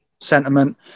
sentiment